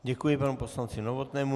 Děkuji panu poslanci Novotnému.